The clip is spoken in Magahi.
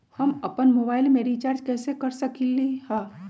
हम अपन मोबाइल में रिचार्ज कैसे कर सकली ह?